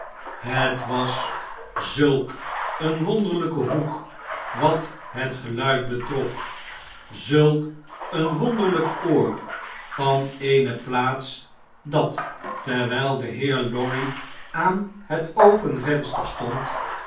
het was zulk een wonderlijke hoek wathet geluid betrof zulk een wonderljjk oor van eene plaats dat terwjjl de heer lorry aan het open venster stond